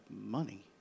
money